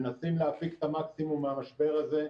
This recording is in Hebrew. מנסים להפיק את המקסימום מהמשבר הזה,